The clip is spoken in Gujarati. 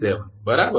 87 બરાબર